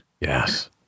Yes